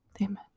Amen